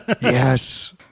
Yes